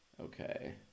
Okay